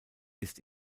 ist